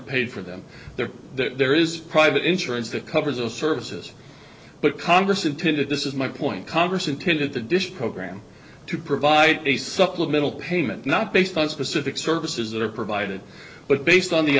paid for them there that there is private insurance that covers those services but congress intended this is my point congress intended the dish program to provide a supplemental payment not based on specific services that are provided but based on the